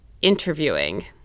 interviewing